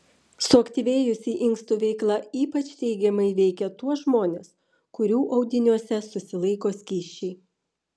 suaktyvėjusi inkstų veikla ypač teigiamai veikia tuos žmones kurių audiniuose susilaiko skysčiai